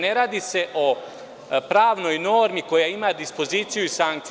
Ne radi se o pravnoj normi koja ima dispoziciju i sankciju.